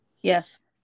Yes